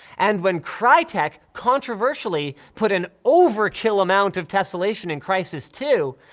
and when crytek controversially put an overkill amount of tessellation in crysis two,